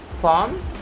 forms